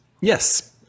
Yes